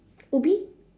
ubi